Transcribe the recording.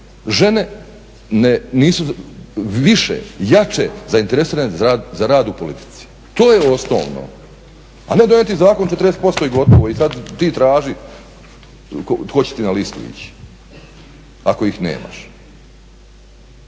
žene nisu više, jače zainteresirane za rad u politici. To je osnovno, a ne donijeti zakon 40% i gotovo i sad ti traži tko će ti na listu ići ako ih nemaš.